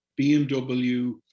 BMW